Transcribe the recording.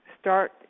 start